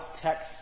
text